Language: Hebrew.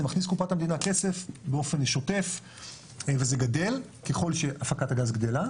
זה מכניס לקופת המדינה כסף באופן שוטף וזה גדל ככל שהפקת הגז גדלה,